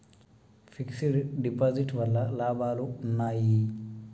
Fix డ్ deposit వల్ల లాభాలు ఉన్నాయి?